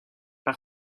par